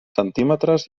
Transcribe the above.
centímetres